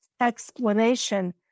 explanation